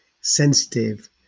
sensitive